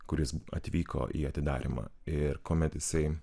kuris atvyko į atidarymą ir kuomet jisai